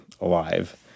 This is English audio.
alive